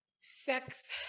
sex